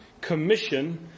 commission